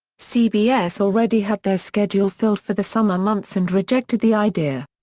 cbs already had their schedule filled for the summer months and rejected the idea.